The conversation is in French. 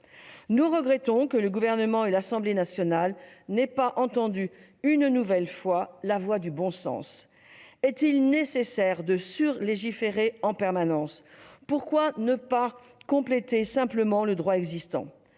Nous regrettons que le Gouvernement et l'Assemblée nationale n'aient pas entendu, une nouvelle fois, la voix du bon sens. Est-il nécessaire de surlégiférer en permanence ? Pourquoi ne pas simplement compléter le droit existant ?